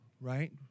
right